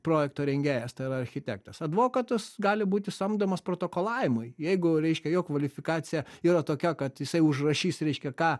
projekto rengėjas architektas advokatas gali būti samdomas protokolavimui jeigu reiškia jo kvalifikacija yra tokia kad jisai užrašys reiškia ką